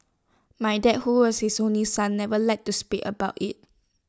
my dad who was his only son never liked to speak about IT